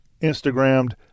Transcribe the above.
Instagrammed